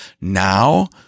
now